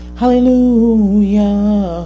hallelujah